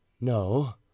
no